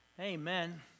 Amen